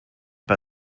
bei